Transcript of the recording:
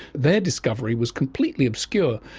their discovery was completely obscure.